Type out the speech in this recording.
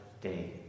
day